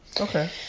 okay